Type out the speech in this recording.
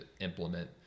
implement